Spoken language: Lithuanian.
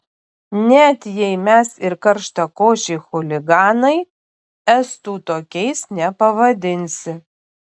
net jei mes ir karštakošiai chuliganai estų tokiais nepavadinsi